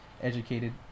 educated